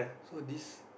so this